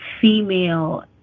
female